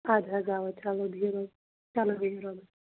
اَدٕ حظ اَوا چلو بِہِو رۄبَس چلو بِہِو رۄبَس